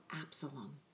absalom